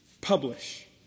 publish